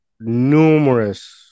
numerous